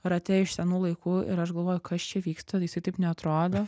rate iš senų laikų ir aš galvoju kas čia vyksta jisai taip neatrodo